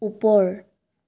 ওপৰ